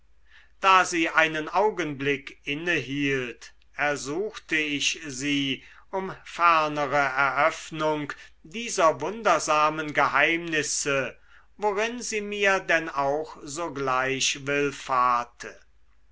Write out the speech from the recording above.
da sie einen augenblick innehielt ersuchte ich sie um fernere eröffnung dieser wundersamen geheimnisse worin sie mir denn auch sogleich